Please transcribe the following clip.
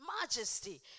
majesty